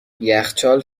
یخچال